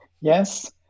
Yes